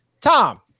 Tom